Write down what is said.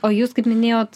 o jūs kaip minėjot